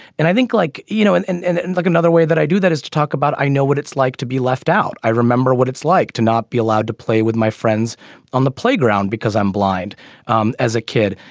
and i think like you know and and and and look another way that i do that is to talk about i know what it's like to be left out. i remember what it's like to not be allowed to play with my friends on the playground because i'm blind um as a kid.